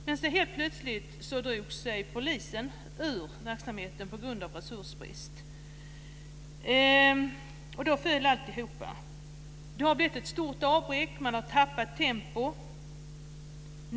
Men helt plötsligt drog sig polisen ur verksamheten på grund av resursbrist, och då föll alltihop. Det har blivit ett stort avbräck. Man har tappat tempo.